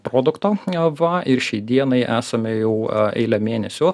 produkto va ir šiai dienai esame jau eilę mėnesių